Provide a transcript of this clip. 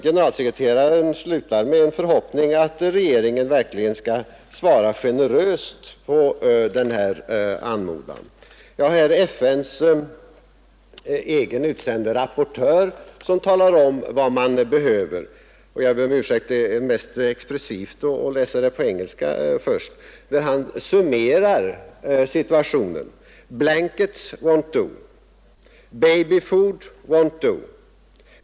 Generalsekreteraren slutar med en förhoppning om att regeringen verkligen skall svara generöst på den här anmodan. FN:s egen utsände rapportör talar om vad man behöver. Jag ber om ursäkt — det är mest expressivt att läsa det på engelska. Han summerar situationen: Blankets won't do. Baby food won't do.